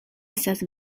estas